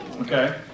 Okay